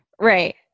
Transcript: Right